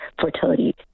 fertility